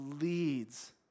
leads